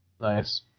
Nice